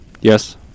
Yes